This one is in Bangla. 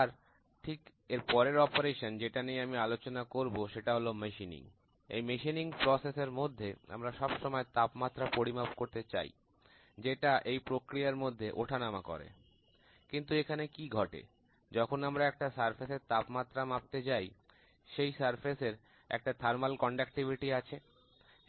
আর ঠিক এর পরের অপারেশন যেটা নিয়ে আমি আলোচনা করব সেটা হলো যান্ত্রিক পদ্ধতি এই যান্ত্রিক পদ্ধতি র মধ্যে আমরা সব সময় তাপমাত্রা পরিমাপ করতে চাই যেটা এই প্রক্রিয়ার মধ্যে ওঠা নামা করে কিন্তু এখানে কি ঘটে যখন আমরা একটা পৃষ্ঠদেশের তাপমাত্রা মাপতে যাই সেই পৃষ্ঠদেশের একটা থার্মাল কন্ডাক্টিভিটি আছে